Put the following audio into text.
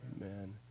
Amen